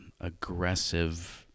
aggressive